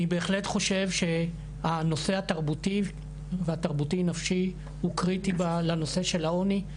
אני בהחלט חושב שהנושא התרבותי והתרבותי-נפשי הוא קריטי לנושא של העוני.